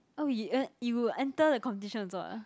oh you uh you enter the competition also ah